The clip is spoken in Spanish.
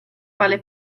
vale